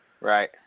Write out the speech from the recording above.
Right